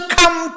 come